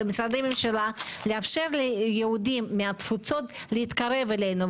ומשרדי הממשלה לאפשר ליהודים מהתפוצות להתקרב אלינו.